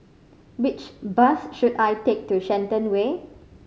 which bus should I take to Shenton Way